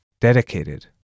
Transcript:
Dedicated